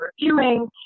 reviewing